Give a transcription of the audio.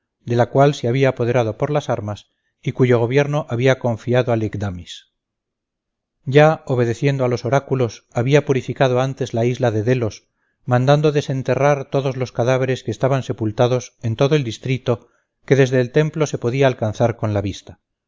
de la cual se había apoderado con las armas y cuyo gobierno había confiado ligdamis ya obedeciendo a los oráculos había purificado antes la isla de delos mandando desenterrar todos los cadáveres que estaban sepultados en todo el distrito que desde el templo se podía alcanzar con la vista